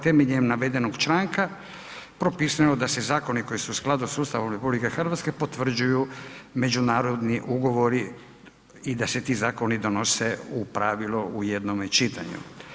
Temeljem navedenog članka propisano je da se zakoni koji su u skladu s Ustavom RH potvrđuju međunarodni ugovori i da se ti zakoni donose u pravilu u jednome čitanju.